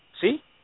see